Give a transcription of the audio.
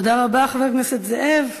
תודה רבה, חבר הכנסת זאב.